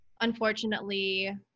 unfortunately